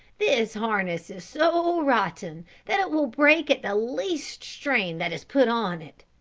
this harness is so rotten that it will break at the least strain that is put on it,